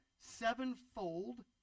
sevenfold